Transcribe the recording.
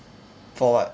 for what